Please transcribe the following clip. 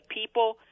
people